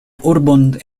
urbon